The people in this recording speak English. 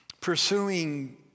pursuing